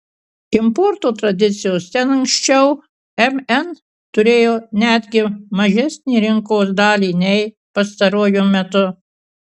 importo tradicijos ten anksčiau mn turėjo netgi mažesnę rinkos dalį nei pastaruoju metu